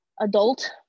adult